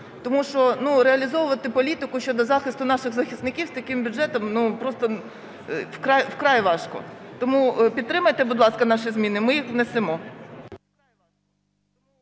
Тому що реалізовувати політику щодо захисту наших захисників з таким бюджетом вкрай важко. Тому підтримайте, будь ласка, наші зміни, ми їх внесемо.